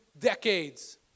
decades